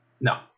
no